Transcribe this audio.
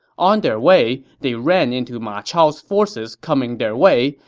on their way, they ran into ma chao's forces coming their way,